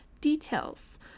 details